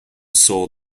saw